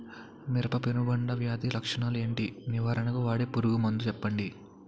మిరప పెనుబంక వ్యాధి లక్షణాలు ఏంటి? నివారణకు వాడే పురుగు మందు చెప్పండీ?